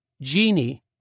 Genie